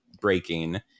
breaking